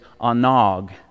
anag